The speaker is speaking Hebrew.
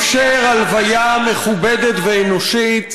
ואפשר הלוויה מכובדת ואנושית.